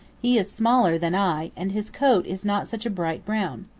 he is smaller than i and his coat is not such a bright brown.